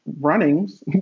runnings